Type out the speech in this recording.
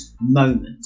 moment